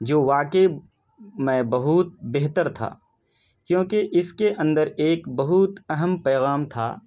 جو واقعی میں بہت بہتر تھا کیوںکہ اس کے اندر ایک بہت اہم پیغام تھا